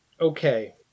Okay